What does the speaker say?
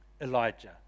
Elijah